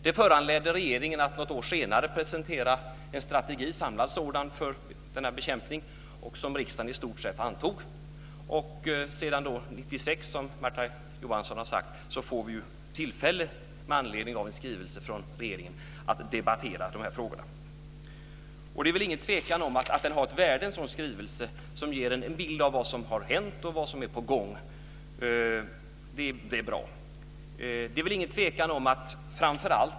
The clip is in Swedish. Det föranledde regeringen att något år senare presentera en samlad strategi för denna bekämpning som riksdagen i stort sett antog. Sedan år 1996, som Märta Johansson har sagt, får vi med anledning av en skrivelse från regeringen tillfälle att debattera dessa frågor. Det är ingen tvekan om att en sådan skrivelse har ett värde. Den ger en bild av vad som har hänt och vad som är på gång, och det är bra.